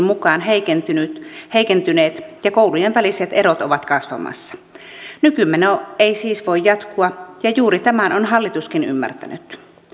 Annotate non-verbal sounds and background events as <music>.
<unintelligible> mukaan heikentyneet ja koulujen väliset erot ovat kasvamassa nykymeno ei siis voi jatkua ja juuri tämän on hallituskin ymmärtänyt